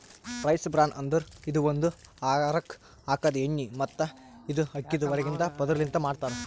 rice bran ಅಂದುರ್ ಇದು ಒಂದು ಆಹಾರಕ್ ಹಾಕದ್ ಎಣ್ಣಿ ಮತ್ತ ಇದು ಅಕ್ಕಿದ್ ಹೊರಗಿಂದ ಪದುರ್ ಲಿಂತ್ ಮಾಡ್ತಾರ್